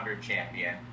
champion